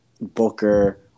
Booker